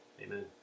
amen